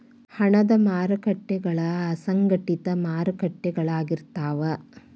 ಹಣದ ಮಾರಕಟ್ಟಿಗಳ ಅಸಂಘಟಿತ ಮಾರಕಟ್ಟಿಗಳಾಗಿರ್ತಾವ